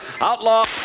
Outlaw